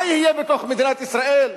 מה יהיה בתוך מדינת ישראל?